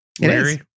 Larry